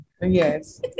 Yes